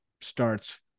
starts